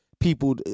people